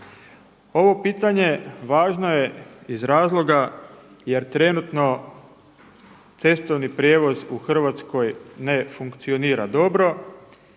Ovo pitanje važno je iz razloga jer trenutno cestovni prijevoz u Hrvatskoj ne funkcionira dobro.